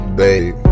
babe